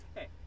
Hey